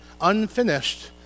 unfinished